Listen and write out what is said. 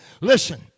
Listen